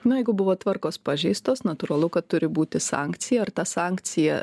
na jeigu buvo tvarkos pažeistos natūralu kad turi būti sankcija ar ta sankcija